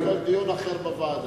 דיון אחר בוועדה.